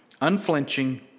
Unflinching